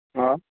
हा